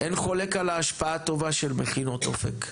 אין חולק על ההשפעה הטובה של מכינות אופק,